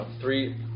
three